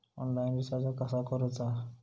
Online recharge कसा करूचा?